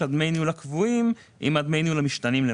דמי הניהול הקבועים עם דמי הניהול המשתנים.